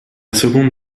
seconde